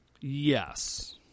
Yes